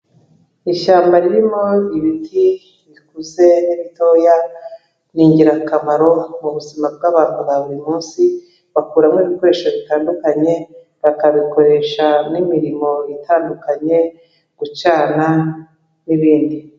Ishyamba ririmo ibiti bikuze n'ibitoya, ni ingirakamaro mubuzima bw'abantu bwa burimunsi, bakuramo ibikoresho bitandukanye, bakabikoresha n'imirimo itandukanye, gucana, n'ibindi.